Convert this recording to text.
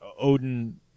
Odin